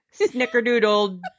snickerdoodle